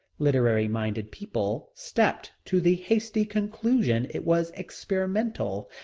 literary-minded people stepped to the hasty conclusion it was experimental.